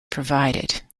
provided